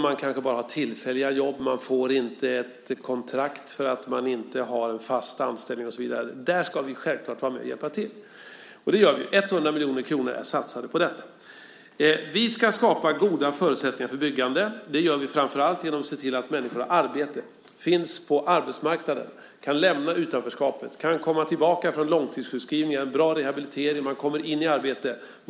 Man kanske bara har tillfälliga jobb, man får inte ett kontrakt för att man inte har fast anställning och så vidare. Där ska vi självklart vara med och hjälpa till. Och det gör vi. 100 miljoner kronor är satsade på detta. Vi ska skapa goda förutsättningar för byggande. Det gör vi framför allt genom att se till att människor har arbete, finns på arbetsmarknaden, kan lämna utanförskapet, kan komma tillbaka från långtidssjukskrivningar efter bra rehabilitering, komma in i arbete.